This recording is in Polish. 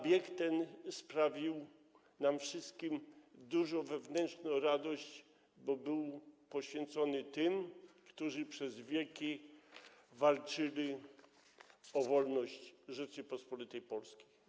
Bieg ten sprawił nam wszystkim dużo wewnętrznej radości, bo był poświęcony tym, którzy przez lata walczyli o wolność Rzeczypospolitej Polskiej.